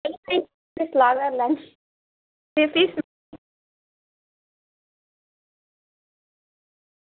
सलाह करी लैने आं ते भी